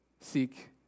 seek